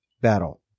battle